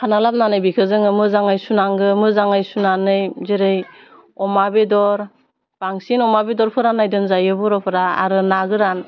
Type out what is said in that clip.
खाना लाबोनानै बिखो जोङो मोजाङै सुनांगौ मोजाङै सुनानै जेरै अमा बेदर बांसिन अमा बेदर फोरानायदो जायो बर'फोरा आरो ना गोरान